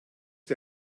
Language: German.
die